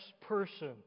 person